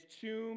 tomb